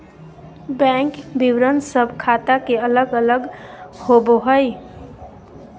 bank विवरण सब ख़ाता के अलग अलग होबो हइ